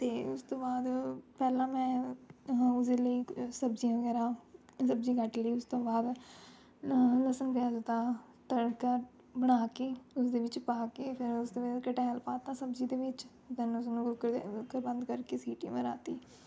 ਅਤੇ ਉਸ ਤੋਂ ਬਾਅਦ ਪਹਿਲਾਂ ਮੈਂ ਉਸਦੇ ਲਈ ਸਬਜ਼ੀਆਂ ਵਗੈਰਾ ਸਬਜ਼ੀ ਕੱਟ ਲਈ ਉਸ ਤੋਂ ਬਾਅਦ ਲ ਲ਼ਸਣ ਪਿਆਜ਼ ਦਾ ਤੜਕਾ ਬਣਾ ਕੇ ਉਸਦੇ ਵਿੱਚ ਪਾ ਕੇ ਫਿਰ ਉਸਦੇ ਬਾਅਦ ਕਟਹਲ ਪਾ ਤਾ ਸਬਜ਼ੀ ਦੇ ਵਿੱਚ ਦੈਨ ਉਸ ਨੂੰ ਕੁੱਕਰ ਦੇ ਬੰਦ ਕਰਕੇ ਸੀਟੀ ਮਰਾਤੀ